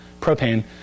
propane